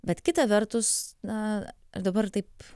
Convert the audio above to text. bet kita vertus na dabar taip